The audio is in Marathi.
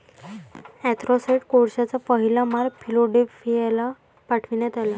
अँथ्रासाइट कोळशाचा पहिला माल फिलाडेल्फियाला पाठविण्यात आला